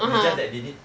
it's just that they need